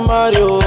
Mario